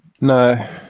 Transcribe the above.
No